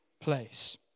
place